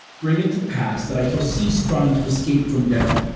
bring it to pass that i shall seize trying to escape from death,